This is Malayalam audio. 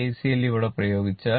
KCL ഇവിടെ പ്രയോഗിച്ചാൽ